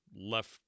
left